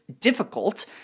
difficult